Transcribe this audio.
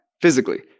physically